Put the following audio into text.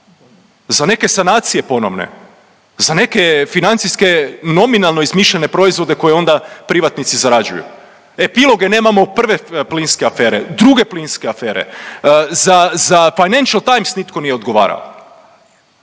Za neke sanacije ponovne, za neke financijske nominalno izmišljene proizvode koje onda privatnici zarađuju? Epiloge nemamo prve plinske afere, druge plinske afere, za Financial Times nitko nije odgovarao.